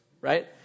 right